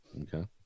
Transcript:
Okay